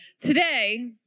today